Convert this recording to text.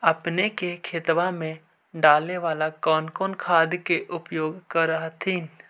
अपने के खेतबा मे डाले बाला कौन कौन खाद के उपयोग कर हखिन?